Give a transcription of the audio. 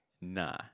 Nah